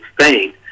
Spain